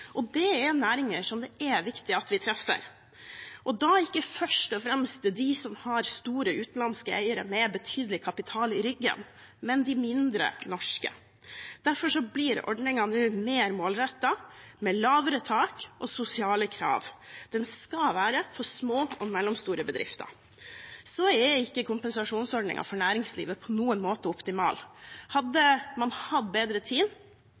Det er næringer som det er viktig at vi treffer, og da ikke først og fremst de som har store utenlandske eiere med betydelig kapital i ryggen, men de mindre norske. Derfor blir ordningen nå mer målrettet, med lavere tak og sosiale krav. Den skal være for små og mellomstore bedrifter. Kompensasjonsordningen for næringslivet er ikke på noen måte optimal. Hadde man hatt bedre tid,